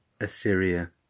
Assyria